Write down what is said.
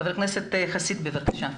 חבר הכנסת חסיד, בבקשה.